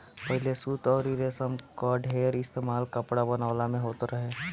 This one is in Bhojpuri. पहिले सूत अउरी रेशम कअ ढेर इस्तेमाल कपड़ा बनवला में होत रहे